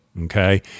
Okay